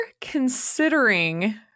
considering